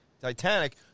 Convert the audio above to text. Titanic